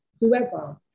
whoever